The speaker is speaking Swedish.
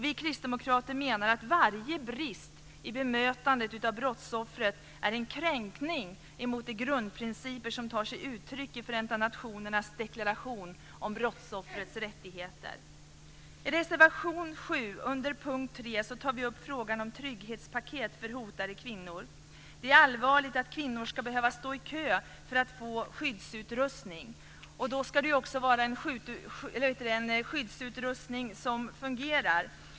Vi kristdemokrater menar att varje brist i bemötandet av brottsoffret är en kränkning av de grundprinciper som tar sig uttryck i Förenta nationernas deklaration om brottsoffers rättigheter. I reservation 7 under punkt 3 tar vi upp frågan om trygghetspaket för hotade kvinnor. Det är allvarligt att kvinnor ska behöva stå i kö för att få skyddsutrustning. Det ska också vara en skyddsutrustning som fungerar.